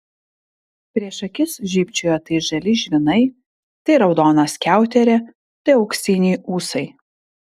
prieš akis žybčiojo tai žali žvynai tai raudona skiauterė tai auksiniai ūsai